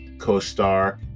Co-Star